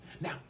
Now